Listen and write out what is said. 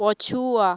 ପଛୁଆ